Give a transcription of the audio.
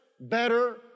better